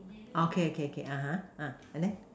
okay okay okay (uh huh) uh and then